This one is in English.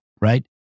right